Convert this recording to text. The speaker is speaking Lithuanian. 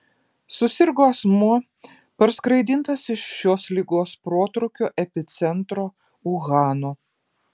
susirgo asmuo parskraidintas iš šios ligos protrūkio epicentro uhano